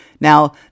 Now